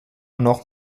noch